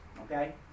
okay